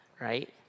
right